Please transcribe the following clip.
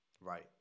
Right